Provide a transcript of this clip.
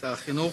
לשר החינוך.